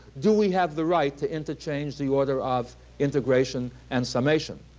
do we have the right to interchange the order of integration and summation?